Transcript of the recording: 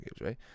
right